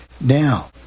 Now